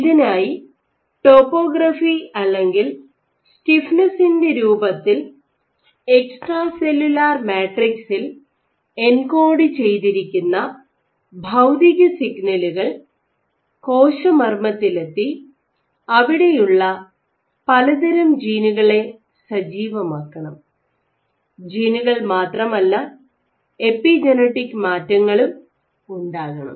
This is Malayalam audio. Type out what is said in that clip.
ഇതിനായി ടോപോഗ്രാഫി അല്ലെങ്കിൽ സ്റ്റിഫ്നെസ്സിന്റെ രൂപത്തിൽ എക്സ്ട്രാ സെല്ലുലാർ മാട്രിക്സിൽ എൻകോഡ് ചെയ്തിരിക്കുന്ന ഭൌതിക സിഗ്നലുകൾ കോശമർമ്മത്തിലെത്തി അവിടെയുള്ള പലതരം ജീനുകളെ സജീവമാക്കണം ജീനുകൾ മാത്രമല്ല എപിജനറ്റിക് മാറ്റങ്ങളും ഉണ്ടാകണം